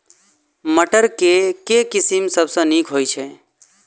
मटर केँ के किसिम सबसँ नीक होइ छै?